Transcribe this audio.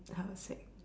how to say